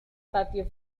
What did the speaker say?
patio